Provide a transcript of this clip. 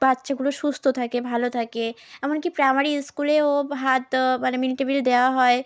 বাচ্চাগুলো সুস্থ থাকে ভালো থাকে এমনকি প্রাইমারি স্কুলেও ভাত মানে মিড ডে মিল দেওয়া হয়